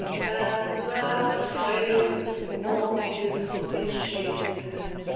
that last prelude! bon dieu! it shakes a man!